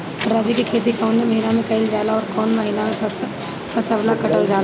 रबी की खेती कौने महिने में कइल जाला अउर कौन् महीना में फसलवा कटल जाला?